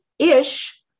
Ish